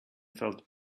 felt